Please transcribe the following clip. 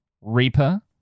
Reaper